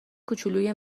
کوچولوی